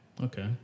Okay